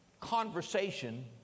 conversation